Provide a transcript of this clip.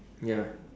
ya